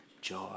joy